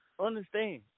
understand